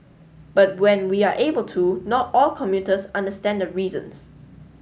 but when we are able to not all commuters understand the reasons